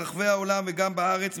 ברחבי העולם וגם בארץ,